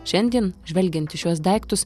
šiandien žvelgiant į šiuos daiktus